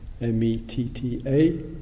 M-E-T-T-A